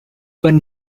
when